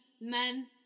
men